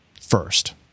first